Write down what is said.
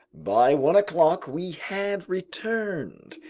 by one o'clock we had returned.